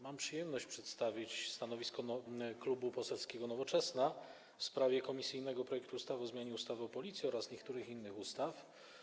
Mam przyjemność przedstawić stanowisko Klubu Poselskiego Nowoczesna w sprawie komisyjnego projektu ustawy o zmianie ustawy o Policji oraz niektórych innych ustaw.